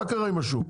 מה קרה עם השום?